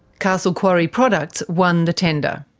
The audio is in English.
castle quarry products won the tender.